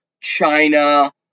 China